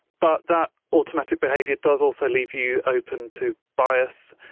but that automatic behaviour does also leave you open to bias.